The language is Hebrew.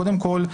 קודם כול,